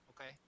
Okay